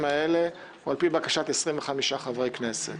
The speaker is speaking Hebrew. האלה היא על פי בקשה של 25 חברי כנסת.